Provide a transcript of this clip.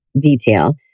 detail